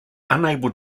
unable